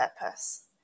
purpose